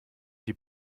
die